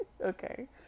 okay